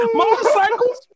motorcycles